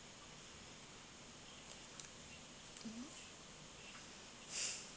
mmhmm